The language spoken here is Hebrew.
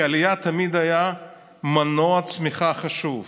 כי העלייה תמיד הייתה מנוע צמיחה חשוב.